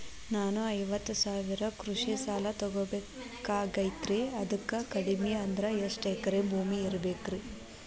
ನಾನು ಐವತ್ತು ಸಾವಿರ ಕೃಷಿ ಸಾಲಾ ತೊಗೋಬೇಕಾಗೈತ್ರಿ ಅದಕ್ ಕಡಿಮಿ ಅಂದ್ರ ಎಷ್ಟ ಎಕರೆ ಭೂಮಿ ಇರಬೇಕ್ರಿ?